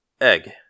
egg